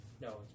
No